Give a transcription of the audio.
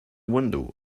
window